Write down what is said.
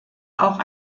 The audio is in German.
auch